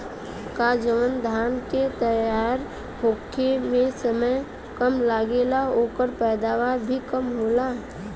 का जवन धान के तैयार होखे में समय कम लागेला ओकर पैदवार भी कम होला?